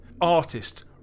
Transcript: artist